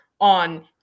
on